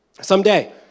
Someday